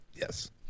Yes